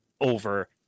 over